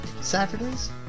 Saturdays